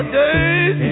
days